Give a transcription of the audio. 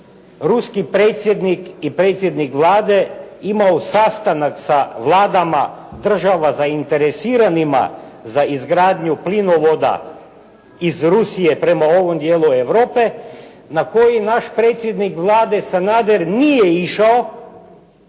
ruski predsjednik i predsjednik Vlade imao sastanak sa vladama država zainteresiranima za izgradnju plinovoda iz Rusije prema ovom dijelu Europe na koji naš predsjednik Vlade Sanader nije išao